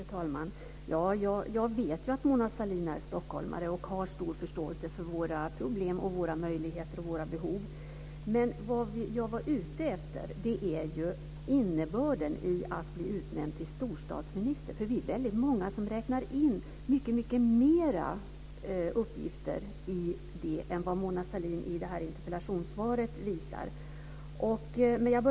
Fru talman! Jag vet att Mona Sahlin är stockholmare och har stor förståelse för våra problem, möjligheter och behov. Vad jag var ute efter är innebörden i att bli utnämnd till storstadsminister. Vi är många som räknar in mycket mer uppgifter i det än vad Mona Sahlin visar i interpellationssvaret.